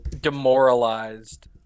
demoralized